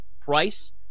price